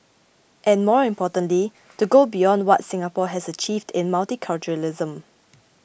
and more importantly to go beyond what Singapore has achieved in multiculturalism